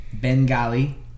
Bengali